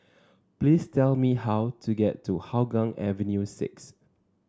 please tell me how to get to Hougang Avenue six